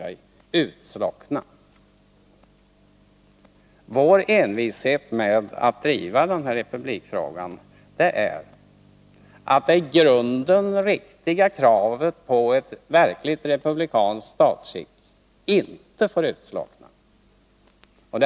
Vi är så envisa med att driva den här frågan därför att vi anser att det i grunden riktiga kravet på ett republikanskt statsskick inte får utslockna.